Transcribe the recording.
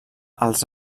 els